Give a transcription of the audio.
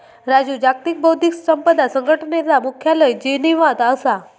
राजू जागतिक बौध्दिक संपदा संघटनेचा मुख्यालय जिनीवात असा